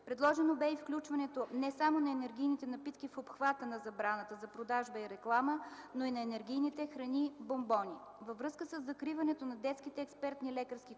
Предложено бе и включването не само на енергийните напитки в обхвата на забраната за продажба и реклама, но и на енергийните храни (бонбони). Във връзка със закриването на детските експертни лекарски комисии